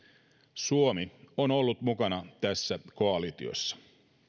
suomi on ollut mukana tässä koalitiossa